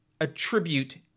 attribute